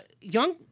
young